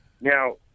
Now